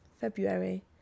February